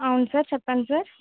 అవును సార్ చెప్పండి సార్